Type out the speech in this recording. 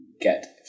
get